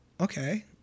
okay